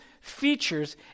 features